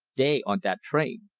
dey on dat train.